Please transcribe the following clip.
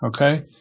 okay